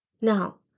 Now